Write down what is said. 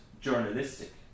journalistic